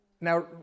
Now